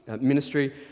ministry